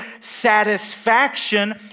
satisfaction